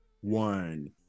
one